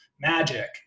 magic